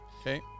Okay